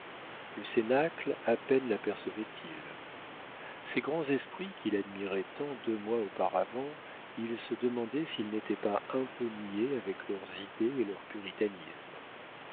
le cénacle à peine lapercevait il ces grands esprits qu'il admirait tant deux mois auparavant il se demandait s'ils n'étaient pas un peu niais avec leurs idées et leur puritanisme